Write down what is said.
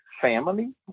family